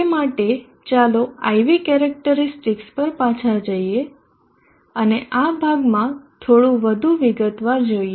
તે માટે ચાલો IV કેરેક્ટરીસ્ટિકસ પર પાછા જઈએ અને આ ભાગમાં થોડુ વધુ વિગતવાર જોઈએ